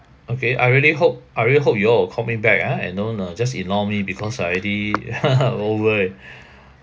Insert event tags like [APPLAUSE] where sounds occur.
okay I really hope I really hope you all will call me back ah and don't uh just ignore me because I already [LAUGHS] over